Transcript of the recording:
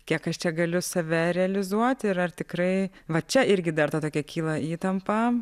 kiek aš čia galiu save realizuoti ir ar tikrai va čia irgi dar ta tokia kyla įtampa